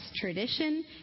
tradition